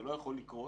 זה לא יכול לקרות.